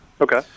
Okay